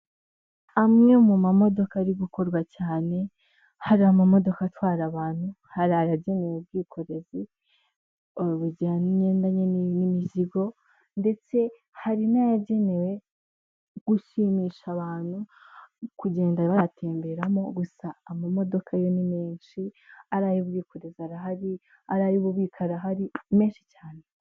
Amwe mu ma modoka ari gukorwa cyane, hari ama modoka atwara abantu, hari aya agenewe ubwikorezi bugendanye n'imizigo ndetse hari n'ayagenewe gushimisha abantu kugenda bayatemberamo, gusa ama modoka yo ni menshi ari ay'ubwikorezi arahari, ari na y'ububiko arahari menshi cyane.